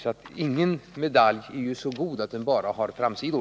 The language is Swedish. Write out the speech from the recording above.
Men ingen medalj är ju så god att den bara har framsidor.